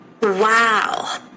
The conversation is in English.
Wow